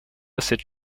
cette